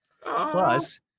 Plus